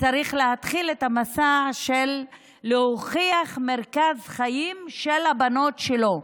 צריך להתחיל את המסע להוכיח את מרכז חיים של הבנות שלו.